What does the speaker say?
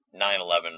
9-11